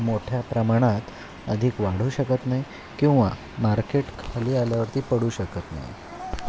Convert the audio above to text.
मोठ्या प्रमाणात अधिक वाढू शकत नाही किंवा मार्केट खाली आल्यावरती पडू शकत नाही